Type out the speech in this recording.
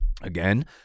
again